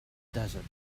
desert